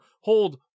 hold